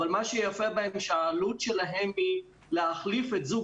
אבל מה שיפה בהם שהעלות שלהם היא להחליף את זוג